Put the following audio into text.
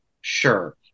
Sure